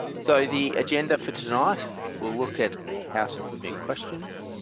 so the agenda for tonight we'll look at ah how to submit questions.